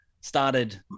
started